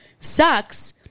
sucks